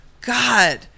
God